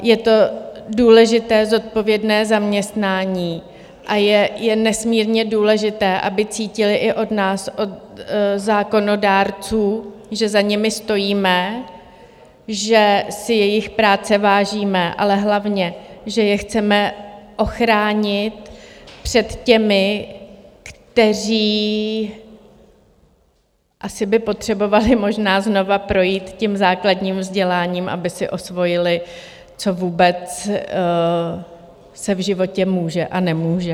Je to důležité, zodpovědné zaměstnání a je nesmírně důležité, aby cítili i od nás, od zákonodárců, že za nimi stojíme, že si jejich práce vážíme, ale hlavně že je chceme ochránit před těmi, kteří asi by potřebovali možná znovu projít základním vzděláním, aby si osvojili, co vůbec se v životě může a nemůže.